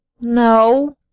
No